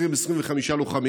20, 25 לוחמים.